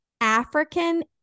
African